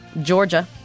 Georgia